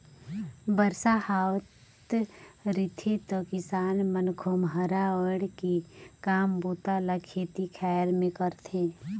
बरसा हावत रिथे त किसान मन खोम्हरा ओएढ़ के काम बूता ल खेती खाएर मे करथे